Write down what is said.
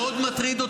ממתי הכנסת מחליטה?